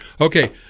okay